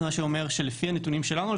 לפי הנתונים שלנו,